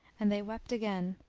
and they wept again.